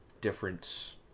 different